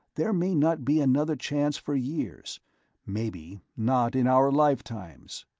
there may not be another chance for years maybe not in our lifetimes.